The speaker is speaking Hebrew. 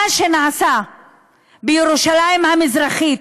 מה שנעשה בירושלים המזרחית